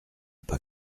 pas